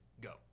go